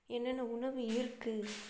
என்னென்ன உணவு இருக்குது